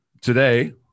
today